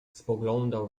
spoglądał